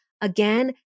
again